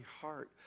heart